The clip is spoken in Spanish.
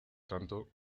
tanto